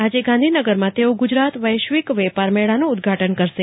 આજે ગાંદીનગરમાં તેઓ ગુજરાત વેશ્વિક વેપારમેળાનું ઉદ્દઘાટન કરશે